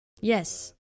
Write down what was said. Yes